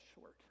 short